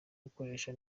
gukoresha